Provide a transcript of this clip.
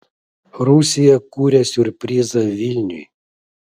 rusija kuria siurprizą vilniui